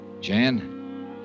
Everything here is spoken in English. Jan